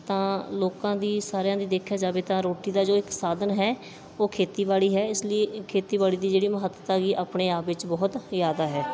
ਤਾਂ ਲੋਕਾਂ ਦੀ ਸਾਰਿਆਂ ਦੀ ਦੇਖਿਆ ਜਾਵੇ ਤਾਂ ਰੋਟੀ ਦਾ ਜੋ ਇੱਕ ਸਾਧਨ ਹੈ ਉਹ ਖੇਤੀਬਾੜੀ ਹੈ ਇਸ ਲਈ ਖੇਤੀਬਾੜੀ ਦੀ ਜਿਹੜੀ ਮਹੱਤਤਾ ਹੈਗੀ ਆਪਣੇ ਆਪ ਵਿੱਚ ਬਹੁਤ ਜ਼ਿਆਦਾ ਹੈ